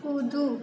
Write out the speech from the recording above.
कूदू